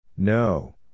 No